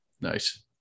Nice